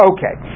Okay